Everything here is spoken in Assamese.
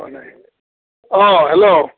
হোৱা নাই অঁ হেল্ল'